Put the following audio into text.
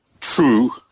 true